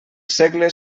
segle